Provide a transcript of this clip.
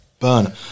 Burn